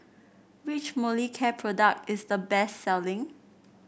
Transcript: which Molicare product is the best selling